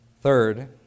third